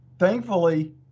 Thankfully